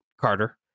Carter